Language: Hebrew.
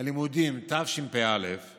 הלימודים תשפ"א